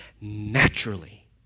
naturally